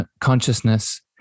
consciousness